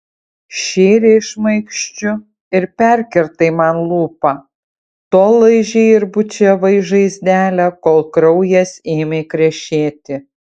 šėrei šmaikščiu ir perkirtai man lūpą tol laižei ir bučiavai žaizdelę kol kraujas ėmė krešėti